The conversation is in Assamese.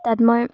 তাত মই